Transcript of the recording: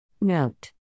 Note